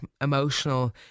emotional